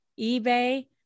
eBay